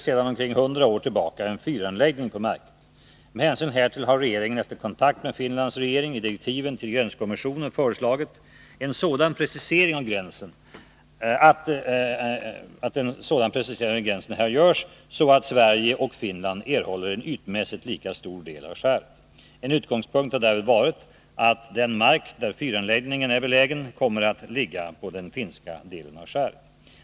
Den omorganisation och uppsplittring som den tidigare borgerliga regeringen genomdrev i form av ändrade riktlinjer för programinnehåll m.m. har lett till att yttrandefriheten beskurits och att Sveriges Radio som samhällelig institution försvagats. Möjligheterna till granskande journalistik, satir m.m. har inskränkts.